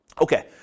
Okay